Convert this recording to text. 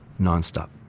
nonstop